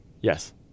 Yes